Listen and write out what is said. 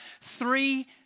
three